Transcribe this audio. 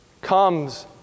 comes